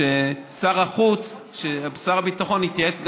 שאפשר יהיה להקפיא גם